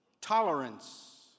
Tolerance